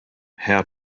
how